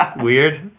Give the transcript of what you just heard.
weird